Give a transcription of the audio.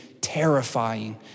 terrifying